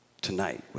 tonight